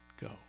go